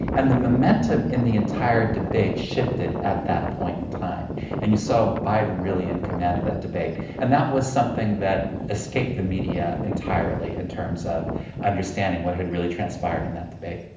and the momentum in the entire debate shifted at that point in time and you saw biden really in command of that debate. and that was something that escaped the media entirely in terms of understanding what had really transpired in that debate.